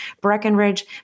Breckenridge